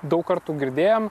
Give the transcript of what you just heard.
daug kartų girdėjom